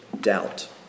doubt